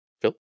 Phil